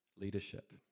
leadership